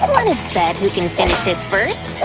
bet who can finish this first?